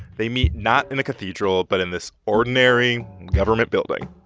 they meet, not in a cathedral but in this ordinary government building.